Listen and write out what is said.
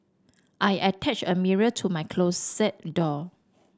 I attached a mirror to my closet door